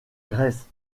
grèce